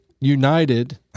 united